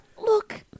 look